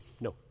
No